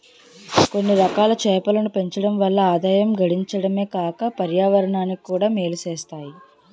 కొన్నిరకాల చేపలను పెంచడం వల్ల ఆదాయం గడించడమే కాక పర్యావరణానికి కూడా మేలు సేత్తాయి